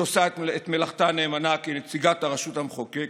שעושה את מלאכתה נאמנה כנציגת הרשות המחוקקת?